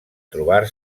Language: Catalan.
trobar